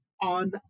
on